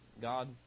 God